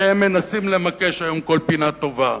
שמנסים למקש היום כל פינה טובה?